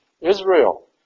Israel